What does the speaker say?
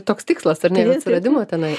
toks tikslas ar ne atsiradimo tenai